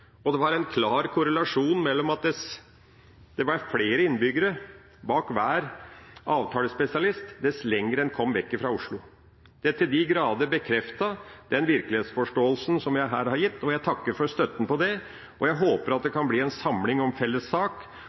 og at det var en klar korrelasjon med hensyn til at det var flere innbyggere bak hver avtalespesialist dess lenger vekk en kom fra Oslo – bekreftet til de grader den virkelighetsforståelsen som jeg her har gitt, og jeg takker for støtten på det. Jeg håper at det kan bli en samling om